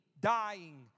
dying